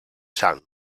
sang